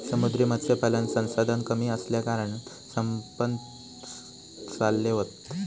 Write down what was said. समुद्री मत्स्यपालन संसाधन कमी असल्याकारणान संपत चालले हत